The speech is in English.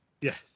Yes